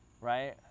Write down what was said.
Right